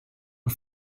und